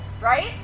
right